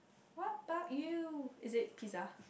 what about you is it pizza